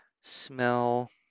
smell